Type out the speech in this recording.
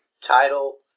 title